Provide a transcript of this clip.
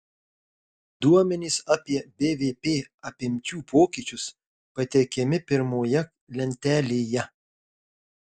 duomenys apie bvp apimčių pokyčius pateikiami pirmoje lentelėje